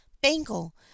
bangle